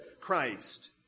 Christ